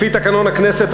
לפי תקנון הכנסת,